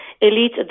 elite